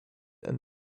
and